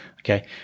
Okay